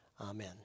Amen